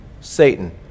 Satan